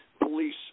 police